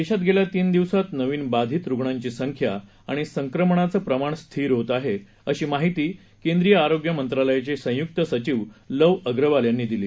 देशात गेल्या तीन दिवसात नवीन बाधित रुग्णांची संख्या आणि संक्रमणाचं प्रमाण स्थिर होत आहे श्री माहिती केंद्रीय आरोग्य मंत्रालयाचे संयुक्त सचीव लव प्रवाल यांनी दिली